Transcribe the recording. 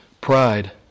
pride